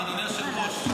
אדוני היושב-ראש,